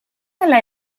dela